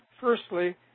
firstly